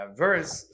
verse